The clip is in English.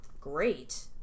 great